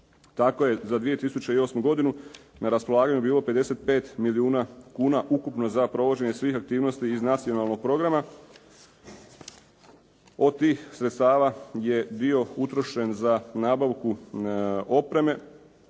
Tako je za 2008. godinu na raspolaganju bilo 55 milijuna kuna ukupno za provođenje svih aktivnosti iz Nacionalnog programa. Od tih sredstava je dio utrošen za nabavku opreme,